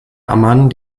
amman